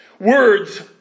Words